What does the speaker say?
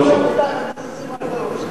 מתחת לזה שים מה שאתה רוצה.